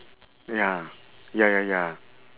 ya ya ya ya